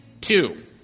two